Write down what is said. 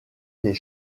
les